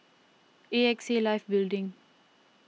A X A Life Building